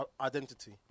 identity